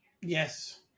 Yes